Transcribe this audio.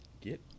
Get